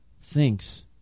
thinks